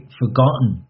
forgotten